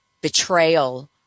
betrayal